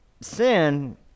sin